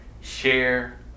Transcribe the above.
share